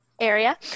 area